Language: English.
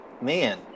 man